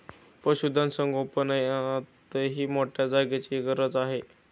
पशुधन संगोपनातही मोठ्या जागेची गरज आहे